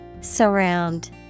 Surround